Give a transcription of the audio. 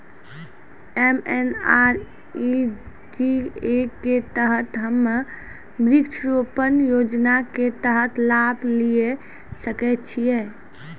MNREGA के तहत हम्मय वृक्ष रोपण योजना के तहत लाभ लिये सकय छियै?